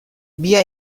بیا